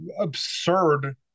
absurd